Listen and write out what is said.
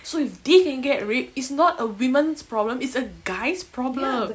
so if they can get raped it's not a women's problem it's a guy's problem